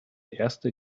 erste